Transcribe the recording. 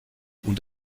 und